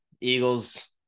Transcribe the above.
Eagles